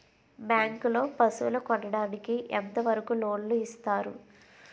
Bank లో పశువుల కొనడానికి ఎంత వరకు లోన్ లు ఇస్తారు?